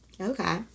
Okay